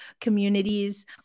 communities